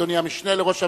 אדוני המשנה לראש הממשלה,